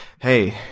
hey